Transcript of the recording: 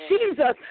Jesus